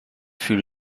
fut